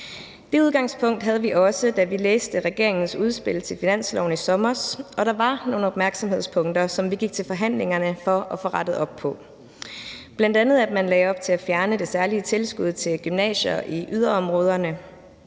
Det udgangspunkt havde vi også, da vi læste regeringens udspil til finansloven i sommer, og der var nogle opmærksomhedspunkter, som vi gik til forhandlingerne for at få rettet op på. Det var bl.a., at man lagde op til at fjerne det særlige tilskud til gymnasier i yderområderne.